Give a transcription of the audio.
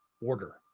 order